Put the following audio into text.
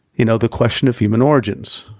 you know, the question of human origins.